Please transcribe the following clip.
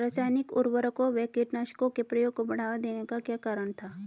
रासायनिक उर्वरकों व कीटनाशकों के प्रयोग को बढ़ावा देने का क्या कारण था?